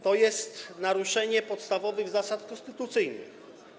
To jest naruszenie podstawowych zasad konstytucyjnych.